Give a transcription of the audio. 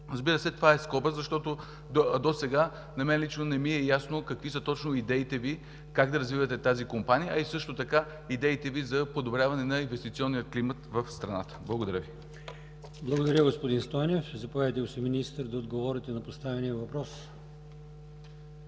Разбира се, това е в скоба, защото досега на мен лично не ми е ясно какви са точно идеите Ви как да развивате тази компания, а също така идеите Ви за подобряване на инвестиционния климат в страната. Благодаря Ви. ПРЕДСЕДАТЕЛ АЛИОСМАН ИМАМОВ: Благодаря, господин Стойнев. Заповядайте, господин Министър, да отговорите на поставения въпрос.